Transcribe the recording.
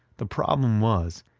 the problem was,